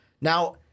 Now